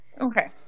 Okay